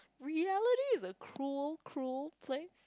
reality is a cruel cruel place